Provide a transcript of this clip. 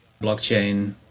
blockchain